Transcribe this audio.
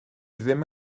ddim